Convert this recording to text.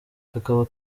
kakaba